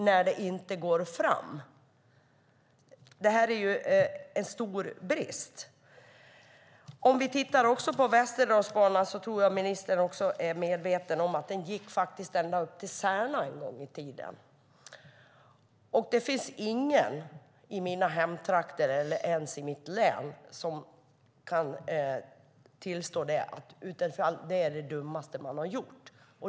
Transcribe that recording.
Man får inte kontakt med dem, och det är en stor brist. I fråga om Västerdalsbanan tror jag att också ministern är medveten om att den en gång gick ända upp till Särna. Det finns ingen i mina hemtrakter eller ens i mitt hemlän som inte tillstår att nedläggningen är dummaste som har gjorts.